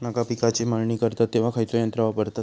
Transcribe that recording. मका पिकाची मळणी करतत तेव्हा खैयचो यंत्र वापरतत?